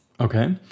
Okay